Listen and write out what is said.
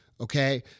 okay